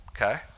okay